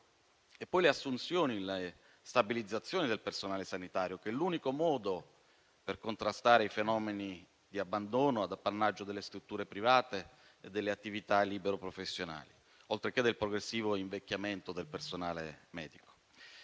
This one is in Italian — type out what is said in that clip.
E poi le assunzioni e la stabilizzazione del personale sanitario sono l'unico modo per contrastare i fenomeni di abbandono ad appannaggio delle strutture private e delle attività libero-professionali, oltre che del progressivo invecchiamento del personale medico.